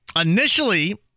initially